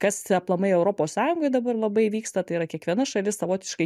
kas aplamai europos sąjungoj dabar labai vyksta tai yra kiekviena šalis savotiškai